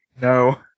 No